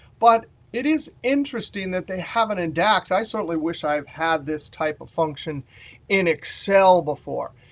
but it is interesting that they have it in dax. i certainly wish i had this type of function in excel before.